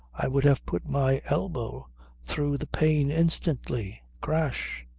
i would have put my elbow through the pane instantly crash.